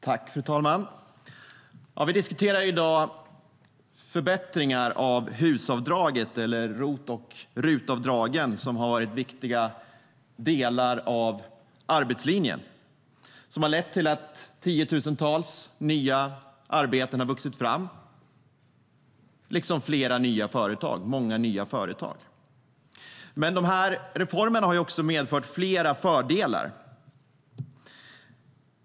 Fru talman! Vi diskuterar i dag förbättringar av HUS-avdragen, alltså ROT-avdraget och RUT-avdraget, som har varit delar av arbetslinjen. De har lett till att tiotusentals nya arbeten har vuxit fram, liksom många nya företag. Reformen har dock medfört fler fördelar.